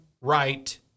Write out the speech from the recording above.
right